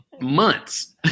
months